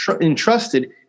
entrusted